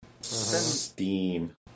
steam